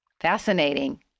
Fascinating